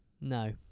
No